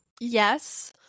yes